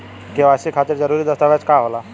KYC खातिर जरूरी दस्तावेज का का होला?